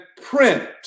print